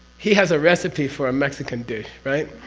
he has a recipe for a mexican dish right?